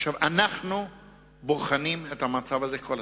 עכשיו אנחנו בוחנים את המצב הזה כל הזמן.